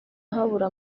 habura